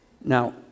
Now